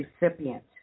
recipient